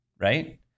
right